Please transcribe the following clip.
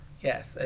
yes